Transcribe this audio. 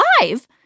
live